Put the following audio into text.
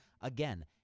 Again